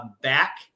Back